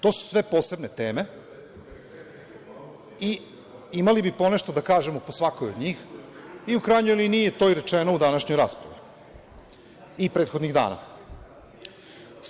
To su sve posebne teme i imali bi ponešto da kažemo po svakoj od njih i u krajnjoj liniji je to i rečeno u današnjoj raspravi i prethodnih dana.